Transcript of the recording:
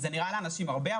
זה נראה לאנשים הרבה,